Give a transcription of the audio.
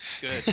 Good